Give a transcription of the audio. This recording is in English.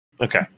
okay